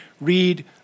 read